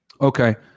Okay